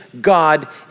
God